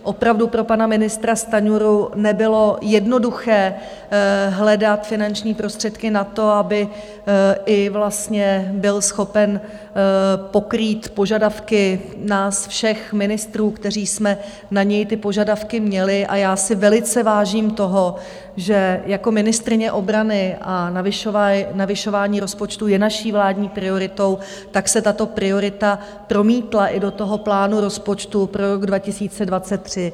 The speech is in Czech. Opravdu pro pana ministra Stanjuru nebylo jednoduché hledat finanční prostředky na to, aby i vlastně byl schopen pokrýt požadavky nás všech ministrů, kteří jsme na něj ty požadavky měli, a já si velice vážím toho, že jako ministryně obrany, a navyšování rozpočtu je naší vládní prioritou, tak se tato priorita promítla i do toho plánu rozpočtu pro rok 2023.